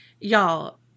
y'all